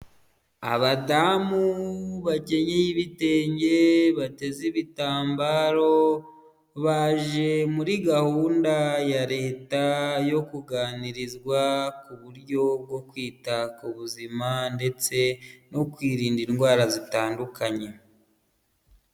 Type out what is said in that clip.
Abadamu bakenyeye ibitenge bateze ibitambaro, baje muri gahunda ya leta yo kuganirizwa ku buryo bwo kwita ku buzima ndetse no kwirinda indwara zitandukanye.